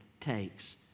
takes